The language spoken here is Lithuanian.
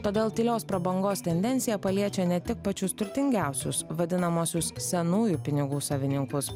todėl tylios prabangos tendencija paliečia ne tik pačius turtingiausius vadinamuosius senųjų pinigų savininkus